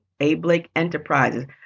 ablakeenterprises